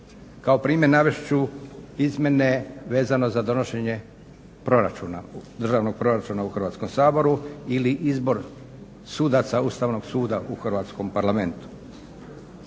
Kao primjer navest ću izmjene vezano za donošenje Državnog proračuna u Hrvatskom saboru ili izbor sudaca Ustavnog suda u Hrvatskom parlamentu.